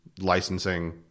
licensing